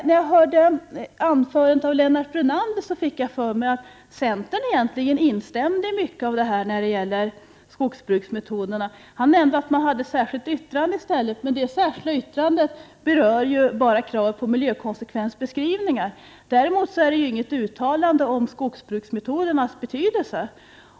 När jag hörde Lennart Brunanders anförande fick jag för mig att centern egentligen instämmer i mycket av det vi i miljöpartiet sagt om skogsbruksmetoderna. Han nämnde att centerpartiet i stället har avgivit ett särskilt yttrande. Men det särskilda yttrandet innehåller ju bara ett krav på miljökonsekvensbeskrivningar. Det är däremot inget uttalande om skogsbruksmetodernas betydelse.